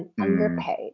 underpaid